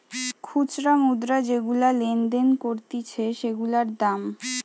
খুচরা মুদ্রা যেগুলা লেনদেন করতিছে সেগুলার দাম